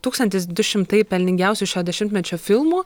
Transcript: tūkstantis du šimtai pelningiausių šio dešimtmečio filmų